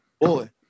Boy